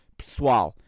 pessoal